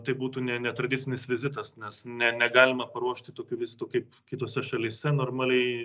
tai būtų ne netradicinis vizitas nes ne negalima paruošti tokio vizito kaip kitose šalyse normaliai